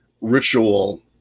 ritual